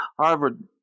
Harvard